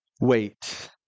wait